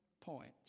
points